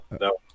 no